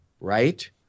right